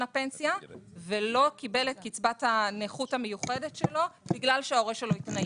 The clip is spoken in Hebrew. הפנסיה ולא קיבל את קצבת הנכות המיוחדת שלו בגלל שההורה שלו התנייד.